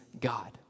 God